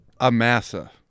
amasa